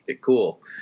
Cool